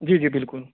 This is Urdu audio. جی جی بالکل